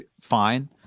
fine